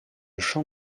champ